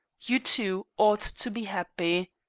you two ought to be happy.